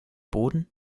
boden